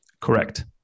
Correct